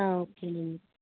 okay అండి